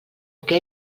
que